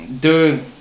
Dude